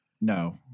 No